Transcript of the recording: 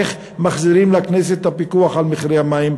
איך מחזירים לכנסת את הפיקוח על מחירי המים.